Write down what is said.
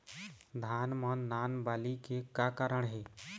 धान म नान बाली के का कारण हे?